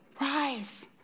rise